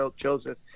Joseph